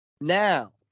Now